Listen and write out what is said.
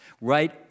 right